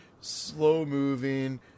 slow-moving